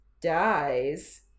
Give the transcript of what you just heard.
dies